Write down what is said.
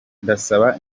ndasaba